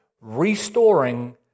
Restoring